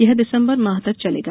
यह दिसंबर माह तक चलेगा